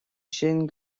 sin